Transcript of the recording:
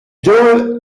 joel